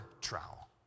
trowel